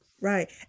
Right